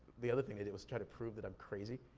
the other thing they did was try to prove that i'm crazy.